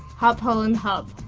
ah up, holland, up.